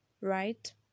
right